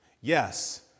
Yes